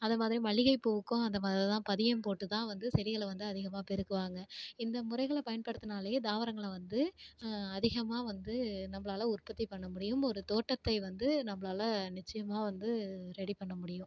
அதே மாதிரி மல்லிகை பூவுக்கும் அந்த மாதிரி தான் பதியம் போட்டு தான் வந்து செடிகளை வந்து அதிகமாக பெருக்குவாங்க இந்த முறைகளை பயன்படுத்தினாலே தாவரங்களை வந்து அதிகமாக வந்து நம்மளால் உற்பத்தி பண்ண முடியும் ஒரு தோட்டத்தை வந்து நம்மளால் நிச்சயமாக வந்து ரெடி பண்ண முடியும்